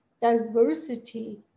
diversity